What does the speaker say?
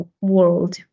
world